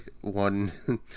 one